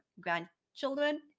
grandchildren